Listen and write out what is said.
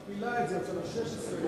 היא מכפילה את זה, יצא לה 16 לא,